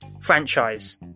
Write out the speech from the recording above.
franchise